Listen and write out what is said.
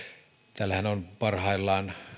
täällähän on parhaillaan